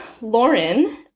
Lauren